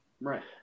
Right